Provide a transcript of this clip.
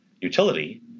utility